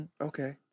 Okay